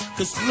Cause